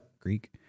greek